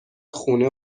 خونه